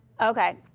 Okay